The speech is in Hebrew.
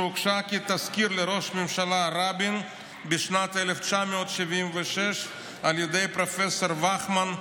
שהוגשה כתזכיר לראש הממשלה רבין בשנת 1976 על ידי פרופ' וכמן,